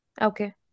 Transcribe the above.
Okay